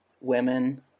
women